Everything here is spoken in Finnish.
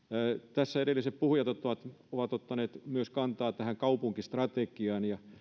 tässä edelliset puhujat ovat ottaneet kantaa myös tähän kaupunkistrategiaan ja